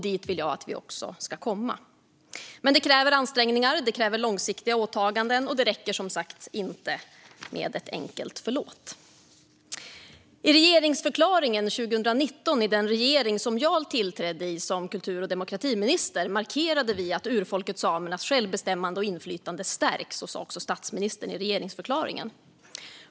Dit vill jag att vi också ska komma, men det kräver ansträngningar och långsiktiga åtaganden. Det räcker som sagt inte med ett enkelt "förlåt". I regeringsförklaringen 2019 markerade den regering där jag tillträdde som kultur och demokratiminister att urfolket samernas självbestämmande och inflytande stärks. Så sa statsministern i regeringsförklaringen.